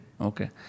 Okay